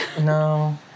No